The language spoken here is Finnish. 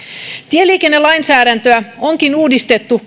tieliikennelainsäädäntöä onkin uudistettu